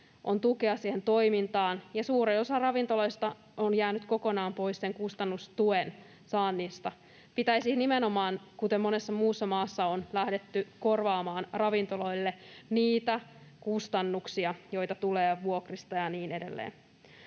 on tukea siihen toimintaan, ja suuri osa ravintoloista on jäänyt kokonaan pois sen kustannustuen saannista. Pitäisi nimenomaan korvata, kuten monessa muussa maassa on lähdetty korvaamaan, ravintoloille niitä kustannuksia, joita tulee vuokrista ja niin edelleen.